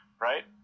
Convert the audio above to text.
Right